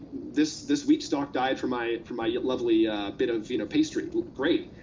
this this wheat stock diet for my for my lovely bit of you know pastry, great.